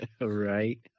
Right